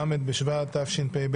ל' בשבט התשפ"ב,